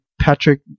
Patrick